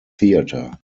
theater